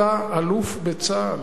אתה אלוף בצה"ל,